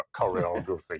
choreography